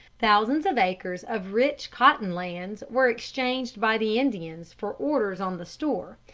thousands of acres of rich cotton-lands were exchanged by the indians for orders on the store,